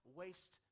waste